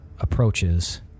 approaches